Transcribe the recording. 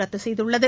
ரத்து செய்துள்ளது